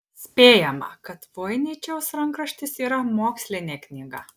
spėjama kad voiničiaus rankraštis yra mokslinė knyga